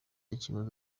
ikibazo